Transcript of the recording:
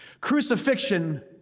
Crucifixion